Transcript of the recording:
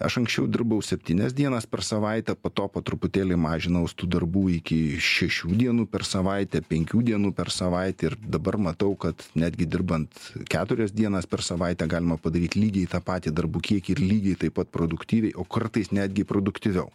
aš anksčiau dirbau septynias dienas per savaitę po to po truputėlį mažinaus tų darbų iki šešių dienų per savaitę penkių dienų per savaitę ir dabar matau kad netgi dirbant keturias dienas per savaitę galima padaryt lygiai tą patį darbų kiekį ir lygiai taip pat produktyviai o kartais netgi produktyviau